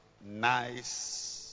nice